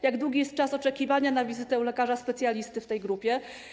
Jak długi jest czas oczekiwania na wizytę u lekarza specjalisty w tej grupie?